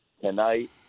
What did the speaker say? tonight